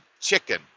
chicken